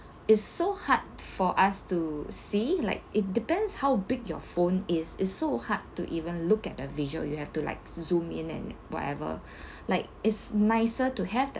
it's so hard for us to see like it depends how big your phone is is so hard to even look at a visual you have to like zoom in and whatever like it's nicer to have